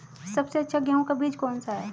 सबसे अच्छा गेहूँ का बीज कौन सा है?